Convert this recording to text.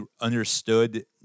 understood